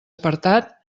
apartat